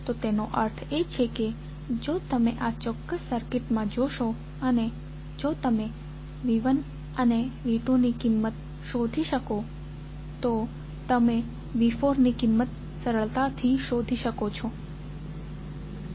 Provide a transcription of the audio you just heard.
તો તેનો અર્થ એ કે જો તમે આ ચોક્ક્સ સર્કિટ જોશો અને જો તમે V1 અને V2 ની કિંમત શોધી શકો તો તમે V4 ની કિંમત સરળતા થી શોધી શકો છો